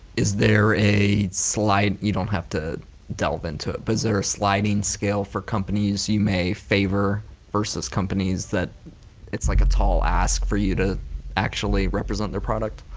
is there a slide, you don't have to delve into but sliding scale for companies you may favor versus companies that it's like a tall ask for you to actually represent their product?